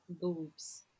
Boobs